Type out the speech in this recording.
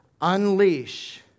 unleash